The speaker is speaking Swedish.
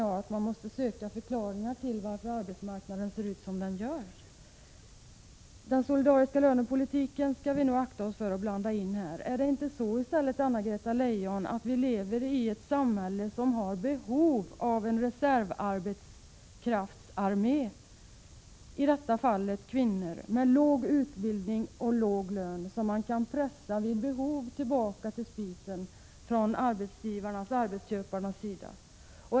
Man måste dock försöka komma fram till förklaringar till varför arbetsmarknaden ser ut som den gör. Den solidariska lönepolitiken skall vi nog akta oss för att blanda in här. Är det inte i stället så, Anna-Greta Leijon, att vi lever i ett samhälle som har behov av en reservarbetskraftsarmé — i detta fallet kvinnor — med låg utbildning och låg lön, som man från arbetsgivarnas/arbetsköparnas sida vid behov kan tvinga tillbaka till spisen?